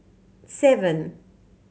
seven